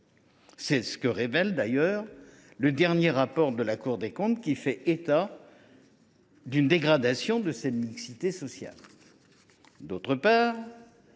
C’est ce que révèle d’ailleurs le dernier rapport de la Cour des comptes, qui fait état d’une dégradation de la mixité sociale.